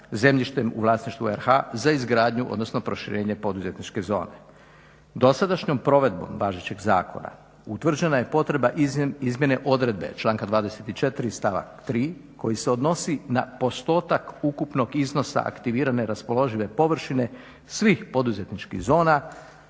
zemljištem u vlasništvu RH za izgradnju, odnosno proširenje poduzetničke zone. Dosadašnjom provedbom važećeg zakona utvrđena je potreba izmjene odredbe članka 24. stavak 3. koji se odnosi na postotak ukupnog iznosa aktivirane raspoložive površine svih poduzetničkih zona